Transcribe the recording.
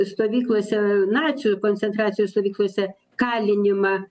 stovyklose nacių koncentracijos stovyklose kalinimą